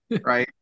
right